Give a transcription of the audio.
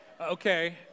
Okay